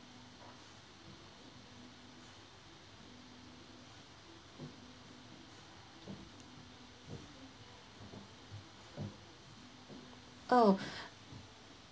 oh